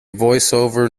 voiceover